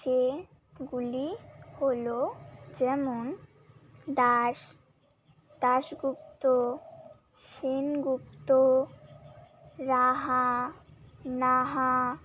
যেগুলি হলো যেমন দাস দাসগুপ্ত সেনগুপ্ত রাহা নাহা